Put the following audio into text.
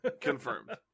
Confirmed